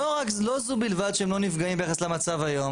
לא זו בלבד שהם לא נפגעים ביחס למצב היום,